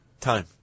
time